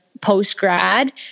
post-grad